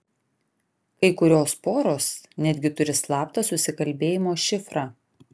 kai kurios poros netgi turi slaptą susikalbėjimo šifrą